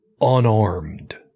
unarmed